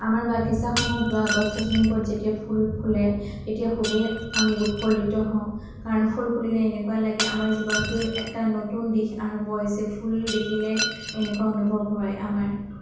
আমাৰ বাগিচাখনত ৰুৱা গছ গছনিবোৰত যেতিয়া ফুল ফুলে তেতিয়া খুবেই আমি উৎফুল্লিত হওঁ কাৰণ ফুল ফুলিলে এনেকুৱা লাগে আমাৰ জীৱনতো এটা নতুন দিশ আৰম্ভ হৈছে ফুল দেখিলে এনেকুৱা অনুভৱ হয় আমাৰ